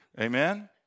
Amen